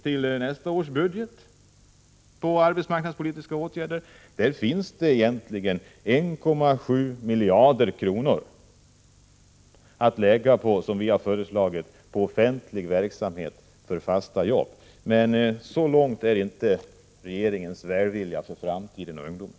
Till nästa års budget för arbetsmarknadspolitiska åtgärder finns det egentligen 1,7 miljarder kronor att, som vi föreslagit, lägga på offentlig verksamhet för fasta jobb. Men så långt sträcker sig inte regeringens välvilja mot ungdomen och dess framtid.